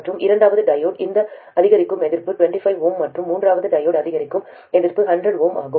மற்றும் இரண்டாவது டையோடு இந்த அதிகரிக்கும் எதிர்ப்பு 25 Ω மற்றும் மூன்றாவது டையோடு அதிகரிக்கும் எதிர்ப்பு 100 Ω ஆகும்